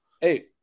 Hey